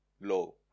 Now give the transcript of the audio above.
low